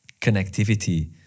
connectivity